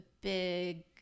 big